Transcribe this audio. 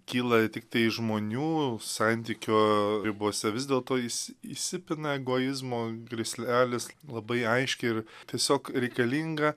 kyla tiktai iš žmonių santykio ribose vis dėlto jis įsipina egoizmo krislelis labai aiškiai ir tiesiog reikalinga